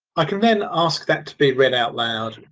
i can then ask that to be read out loud.